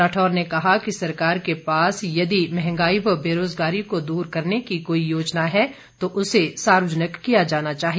राठौर ने कहा कि सरकार के पास यदि महंगाई व बेरोजगारी को दूर करने की कोई योजना है तो उसे सार्वजनिक किया जाना चाहिए